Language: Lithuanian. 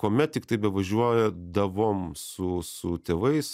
kuomet tiktai bevažiuodavom su su tėvais